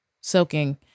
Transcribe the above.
soaking